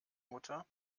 mutter